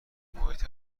محیط